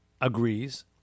agrees